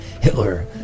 Hitler